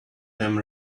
them